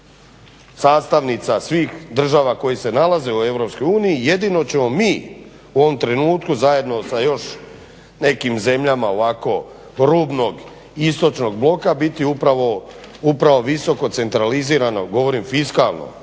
sastavnica svih država koje se nalaze u Europskoj uniji, jedino ćemo mi u ovom trenutku zajedno sa još nekim zemljama rubnog istočnog bloka biti upravo visoko centralizirane, govorim fiskalno,